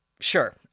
sure